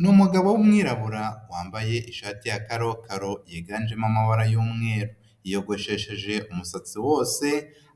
Ni umugabo w'umwirabura wambaye ishati ya karokaro yiganjemo amabara y'umweru. Yiyogoshesheje umusatsi wose,